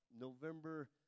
November